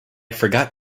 forgot